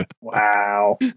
Wow